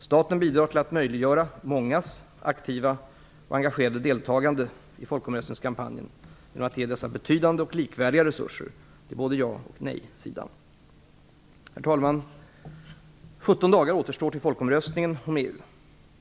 Staten bidrar till att möjliggöra mångas aktiva och engagerade deltagande i folkomröstningskampanjen genom att ge betydande och likvärdiga resurser till både ja och nej-sidan. Herr talman! Sjutton dagar återstår till folkomröstningen om EU.